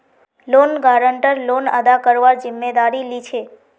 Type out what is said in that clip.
loan guarantor loan अदा करवार जिम्मेदारी लीछे